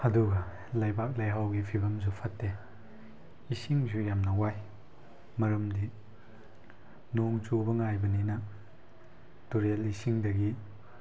ꯑꯗꯨꯒ ꯂꯩꯕꯥꯛ ꯂꯩꯍꯥꯎꯒꯤ ꯐꯤꯕꯝꯁꯨ ꯐꯠꯇꯦ ꯏꯁꯤꯡꯁꯨ ꯌꯥꯝꯅ ꯋꯥꯏ ꯃꯔꯝꯗꯤ ꯅꯣꯡ ꯆꯨꯕ ꯉꯥꯏꯕꯅꯤꯅ ꯇꯨꯔꯦꯜ ꯏꯁꯤꯡꯗꯒꯤ